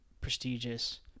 prestigious